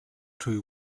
too